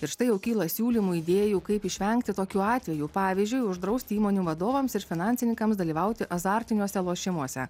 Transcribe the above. ir štai jau kyla siūlymų idėjų kaip išvengti tokių atvejų pavyzdžiui uždrausti įmonių vadovams ir finansininkams dalyvauti azartiniuose lošimuose